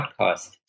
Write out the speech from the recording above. podcast